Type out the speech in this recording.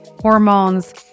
hormones